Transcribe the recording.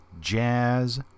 jazz